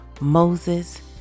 Moses